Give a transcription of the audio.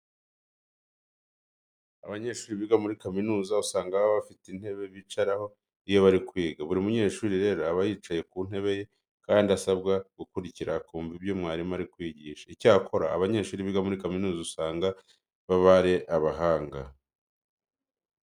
Abanyeshuri biga muri kaminuza uzanga baba bafite intebe bicaraho iyo bari kwiga. Buri munyeshuri rero aba yicaye ku ntebe ye kandi asabwa gukurikira akumva ibyo mwarimu ari kumwigisha. Icyakora abanyeshuri biga muri kaminuza usanga baba ari abahanga.